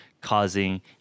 causing